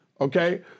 Okay